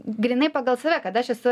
grynai pagal save kad aš esu